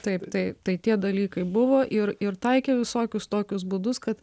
taip tai tai tie dalykai buvo ir ir taikė visokius tokius būdus kad